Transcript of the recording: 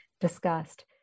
discussed